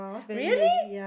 really